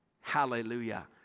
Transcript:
Hallelujah